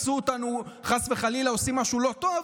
אם תפסו אותנו חס וחלילה עושים משהו לא טוב,